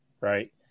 right